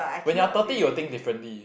when you are thirty you will think differently